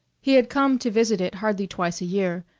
he had come to visit it hardly twice a year,